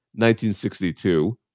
1962